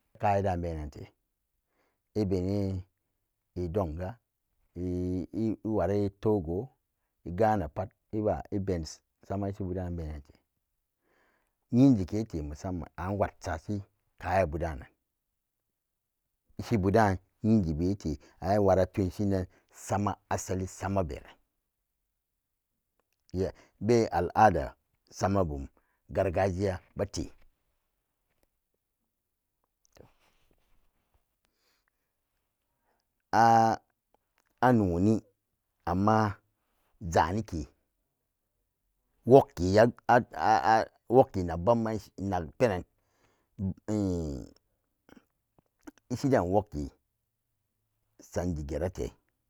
Kayu daan benante ibenire i donga i ware togo i gana pat i beni sama ishibu daan benante yinjikete musamman an pwat sasi kaya bu daanan ishi bu daan inji bete an a pbat tunshinan sama asalin sama beran ya be al a'da sama bam gargajiya bete toh a anoni amma zanike wogke wogke nag ba nak penan nishiden wogke sanji gerate,